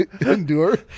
endure